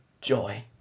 joy